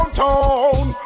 town